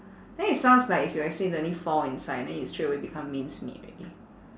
then it sounds like if you accidentally fall inside then you straightaway become minced meat already